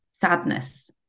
sadness